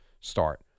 start